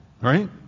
right